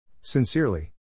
Sincerely